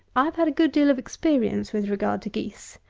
i have had a good deal of experience with regard to geese.